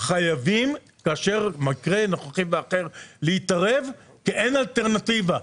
חייבים להתערב כאשר יש מקרה נוכחי כי אין אלטרנטיבה.